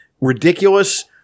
ridiculous